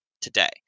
today